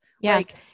Yes